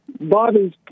Bobby's